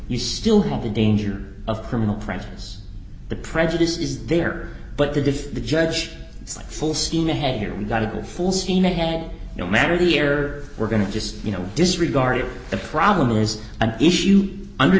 you still have the danger of criminal practice the prejudice is there but the diff the judge says full steam ahead here we've got to go full steam ahead no matter the air we're going to just you know disregard it the problem is an issue under